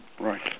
Right